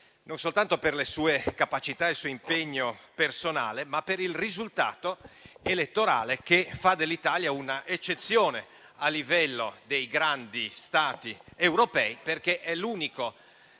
non soltanto per le sue capacità e il suo impegno personale, ma per il risultato elettorale che fa dell'Italia un'eccezione a livello dei grandi Stati europei, perché è l'unico